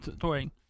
touring